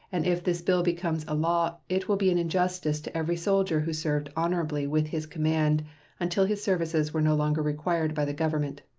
and if this bill becomes a law it will be an injustice to every soldier who served honorably with his command until his services were no longer required by the government,